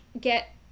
get